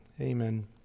Amen